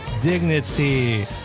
Dignity